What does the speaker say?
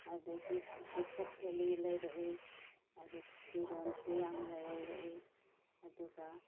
ꯑꯗꯒꯤ ꯍꯩꯀ꯭ꯔꯛ ꯌꯦꯜꯂꯤ ꯂꯩꯔꯛꯏ ꯑꯗꯨ ꯐꯤꯔꯣꯟꯁꯨ ꯌꯥꯝ ꯂꯩꯔꯛꯏ ꯑꯗꯨꯒ